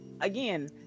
Again